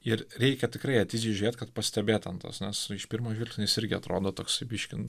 ir reikia tikrai atidžiai žiūrėt kad pastebėt ten tuos nes iš pirmo žvilgsnio jis irgi atrodo toks biški